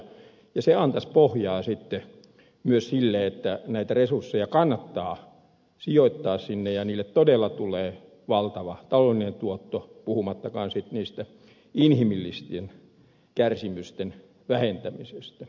ja se antaisi pohjaa myös sille että näitä resursseja kannattaa sijoittaa sinne ja niille todella tulee valtava taloudellinen tuotto puhumattakaan sitten niiden inhimillisten kärsimysten vähentämisestä